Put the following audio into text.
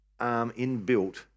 inbuilt